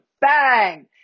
bang